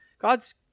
God's